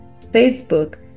Facebook